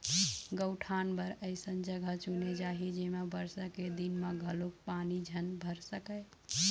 गउठान बर अइसन जघा चुने जाही जेमा बरसा के दिन म घलोक पानी झन भर सकय